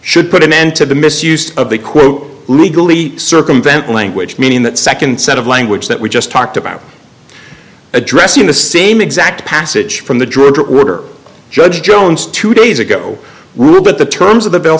should put an end to the misuse of the quote legally circumvent language meaning that nd set of language that we just talked about addressing the same exact passage from the druid order judge jones two days ago rebut the terms of